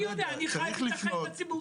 אני חי --- הציבוריים.